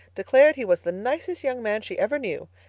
declared he was the nicest young man she ever knew,